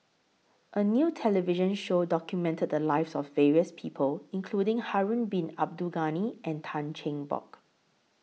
A New television Show documented The Lives of various People including Harun Bin Abdul Ghani and Tan Cheng Bock